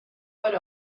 per